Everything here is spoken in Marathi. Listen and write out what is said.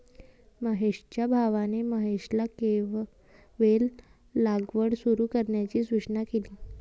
महेशच्या भावाने महेशला वेल लागवड सुरू करण्याची सूचना केली